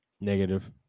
Negative